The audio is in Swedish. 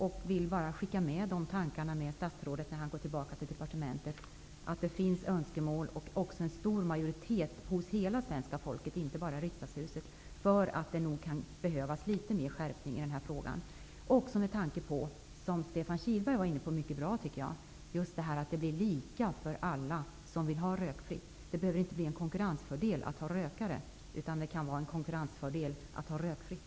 Jag vill bara skicka med statsrådet mina tankar när han går tillbaka till departementet. Hos en stor majoritet av hela svenska folket -- inte bara i riksdagshuset -- finns det önskemål om en skärpning i denna fråga. Och som Stefan Kihlberg sade, vilket jag tyckte var mycket bra, blir det med en lagstiftning lika för alla som vill ha rökfritt. Det behöver inte bli en konkurrensfördel att ha rökare, utan det kan vara en konkurrensfördel att ha rökfritt.